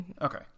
Okay